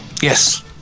Yes